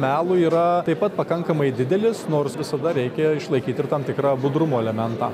melui yra taip pat pakankamai didelis nors visada reikia išlaikyt ir tam tikrą budrumo elementą